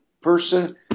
person